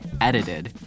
edited